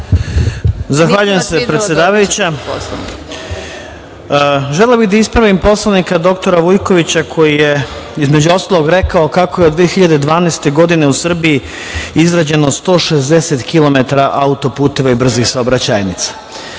Zahvaljujem se. Želeo bih da ispravim poslanika dr. Vujkovića, koji je između ostalog rekao kako je od 2012. godina u Srbiji, izrađeno 160 km auto puta i brzih saobraćajnica.